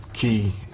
key